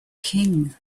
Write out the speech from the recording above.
king